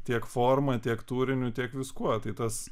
tiek forma tiek turiniu tiek viskuo tai tas